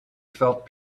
felt